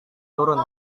turun